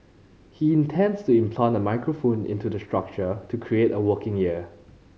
he intends to implant a microphone into the structure to create a working ear